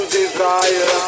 desire